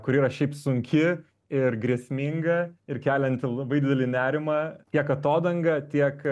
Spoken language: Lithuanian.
kur yra šiaip sunki ir grėsminga ir kelianti labai didelį nerimą tiek atodanga tiek